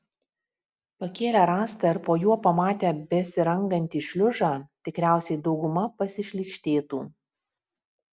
pakėlę rąstą ir po juo pamatę besirangantį šliužą tikriausiai dauguma pasišlykštėtų